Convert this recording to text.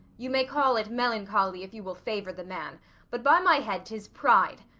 you may call it melancholy, if you will favour the man but, by my head, tis pride.